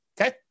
Okay